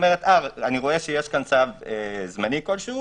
אומרת: אני רואה שיש פה צו זמני כלשהו